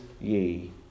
ye